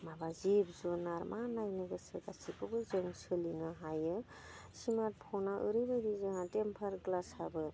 माबा जिब जुनार मा नायनो गोसो गासैखौबो जों सोलिनो हायो स्मार्टफ'ना ओरैबायदि जोंहा टेमपार ग्लासाबो